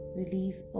release